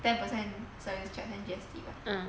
ten percent service charge and G_S_T